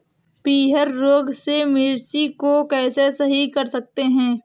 पीहर रोग से मिर्ची को कैसे सही कर सकते हैं?